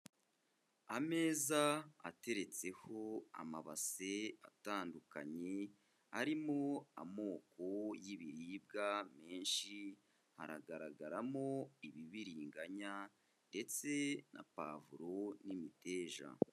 Ameza ateretseho amabase atandukanye, harimo amoko y'ibiribwa menshi, hagaragaramo ibibiriganya ndetse na pavuro n'imiteja.